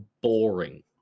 boring